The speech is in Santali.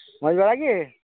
ᱢᱚᱸᱡᱽ ᱵᱟᱲᱟ ᱜᱮ